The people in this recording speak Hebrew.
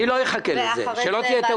אני לא אחכה לזה, שלא תהיה טעות.